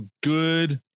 good